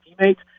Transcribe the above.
teammates